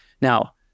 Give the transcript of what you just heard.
Now